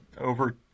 over